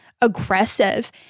aggressive